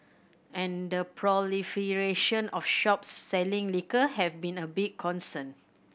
and the proliferation of shops selling liquor have been a big concern